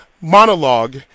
monologue